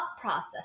process